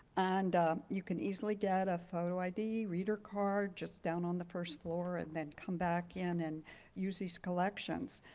and you can easily get a photo id, reader card just down on the first floor and then come back in and use these collections.